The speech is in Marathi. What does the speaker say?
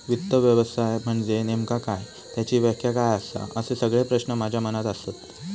वित्त व्यवसाय म्हनजे नेमका काय? त्याची व्याख्या काय आसा? असे सगळे प्रश्न माझ्या मनात आसत